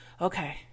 okay